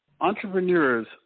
Entrepreneurs